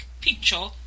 picture